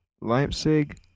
Leipzig